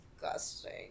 disgusting